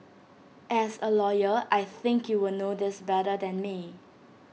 as A lawyer I think you will know this better than me